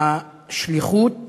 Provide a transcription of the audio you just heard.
השליחות